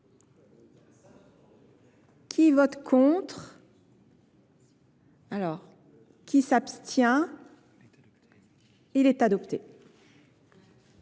qui vote contre alors qui s'abstient il est adopté